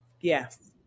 Yes